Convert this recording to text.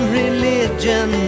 religion